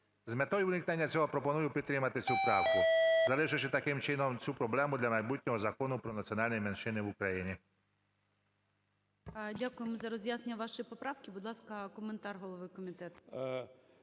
З метою уникнення цього пропоную підтримати цю правку, залишивши таким чином цю проблему для майбутнього Закону про національні меншини в Україні.